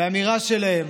והאמירה שלהם,